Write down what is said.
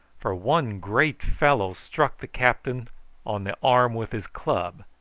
for one great fellow struck the captain on the arm with his club,